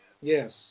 yes